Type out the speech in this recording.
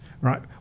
right